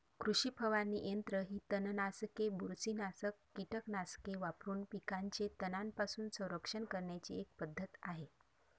कृषी फवारणी यंत्र ही तणनाशके, बुरशीनाशक कीटकनाशके वापरून पिकांचे तणांपासून संरक्षण करण्याची एक पद्धत आहे